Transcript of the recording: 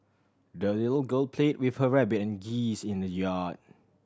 the little girl played with her rabbit and geese in the yard